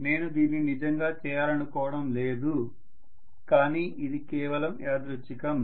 నేను దీన్ని నిజంగా చేయాలనుకోవడం లేదు కాని ఇది కేవలం యాదృచ్ఛికం